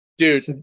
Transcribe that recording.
Dude